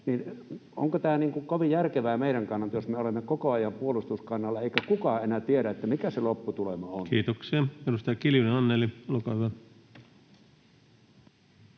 onko tämä kovin järkevää meidän kannaltamme, jos me olemme koko ajan puolustuskannalla eikä kukaan enää tiedä, mikä se lopputulema on. Kiitoksia. — Edustaja Kinnunen, Anneli, olkaa hyvä.